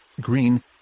green